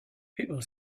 people